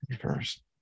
first